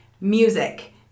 music